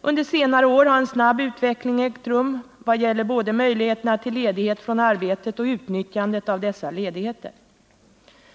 Under senare år har en snabb utveckling ägt rum vad gäller både möjligheterna till ledighet från arbetet och utnyttjandet av dessa möjligheter.